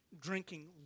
drinking